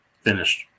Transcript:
finished